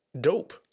dope